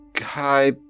hi